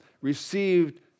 received